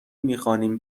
میخوانیم